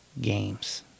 games